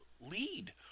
lead